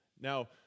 Now